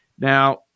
Now